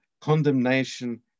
condemnation